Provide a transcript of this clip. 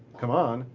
come on.